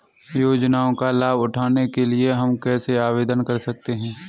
योजनाओं का लाभ उठाने के लिए हम कैसे आवेदन कर सकते हैं?